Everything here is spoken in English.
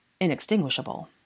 Inextinguishable